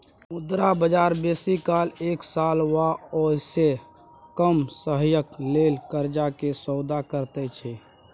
मुद्रा बजार बेसी काल एक साल वा ओइसे कम समयक लेल कर्जा के सौदा करैत छै